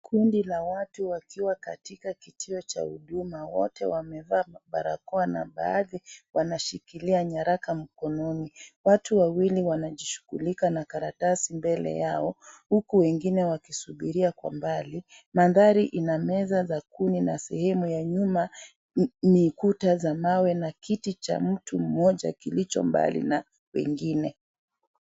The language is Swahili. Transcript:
Kundi la watu wakiwa katika kituo cha huduma, wote wamevaa mabarakoa, na baadhi wanashikilia nyaraka mkononi, watu wawili wanashugulika na karatasi mbele yao, huku wengine wakisubiria kwa mbali, manthari ina meza za kuni na sehemu ya nyuma ni kuta za mawe na kiti cha mtu mmoja kilicho mbali na, wengine.